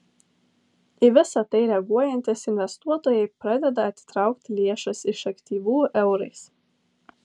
į visa tai reaguojantys investuotojai pradeda atitraukti lėšas iš aktyvų eurais